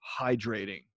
hydrating